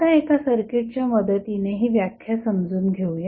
आता एका सर्किटच्या मदतीने ही व्याख्या समजून घेऊया